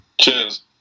Cheers